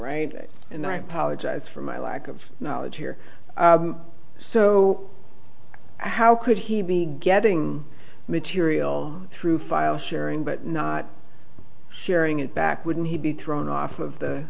right and i apologize for my lack of knowledge here so how could he be getting material through file sharing but not sharing it back wouldn't he be thrown off of the